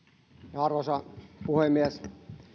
arvoisa puhemies